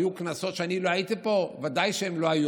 היו כנסות שאני לא הייתי פה וודאי שהם לא היו,